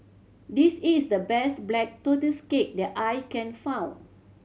this is the best Black Tortoise Cake that I can found